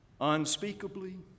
unspeakably